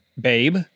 babe